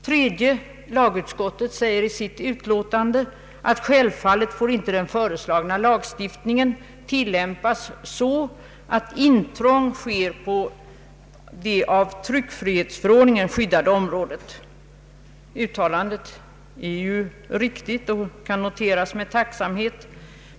Tredje lagutskottet säger i sitt utlåtande att den föreslagna lagstiftningen självfallet inte får tillämpas så, att intrång sker på det av tryckfrihetsförordningen skyddade området. Uttalandet är ju riktigt och kan noteras med tacksamhet.